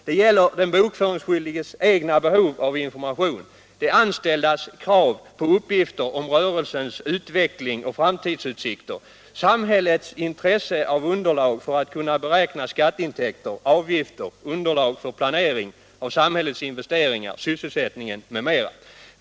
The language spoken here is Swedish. Det gäller den bokföringsskyldiges egna behov av information, de anställdas krav på uppgifter om rörelsens utveckling och framtidsutsikter, samhällets intresse av underlag för att kunna beräkna skatteintäkter, avgifter, underlag för planering av samhällets investeringar, sysselsättningen m.m.